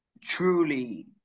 truly